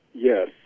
Yes